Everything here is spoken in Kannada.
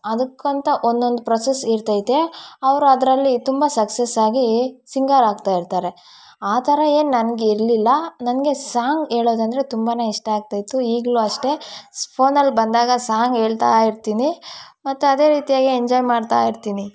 ಅದಕ್ಕಂತ ಒಂದೊಂದು ಪ್ರೊಸೆಸ್ ಇರ್ತೈತೆ ಅವರು ಅದರಲ್ಲಿ ತುಂಬ ಸಕ್ಸಸ್ಸಾಗಿ ಸಿಂಗರ್ ಆಗ್ತಾಯಿರ್ತಾರೆ ಆ ಥರ ಏನು ನಂಗೆ ಇರಲಿಲ್ಲ ನನಗೆ ಸಾಂಗ್ ಹೇಳೋದಂದ್ರೆ ತುಂಬಾ ಇಷ್ಟ ಆಗ್ತಾಯಿತ್ತು ಈಗಲೂ ಅಷ್ಟೆ ಸ್ ಫೋನಲ್ಲಿ ಬಂದಾಗ ಸಾಂಗ್ ಹೇಳ್ತಾ ಇರ್ತೀನಿ ಮತ್ತೆ ಅದೇ ರೀತಿಯಾಗಿ ಎಂಜಾಯ್ ಮಾಡ್ತಾ ಇರ್ತೀನಿ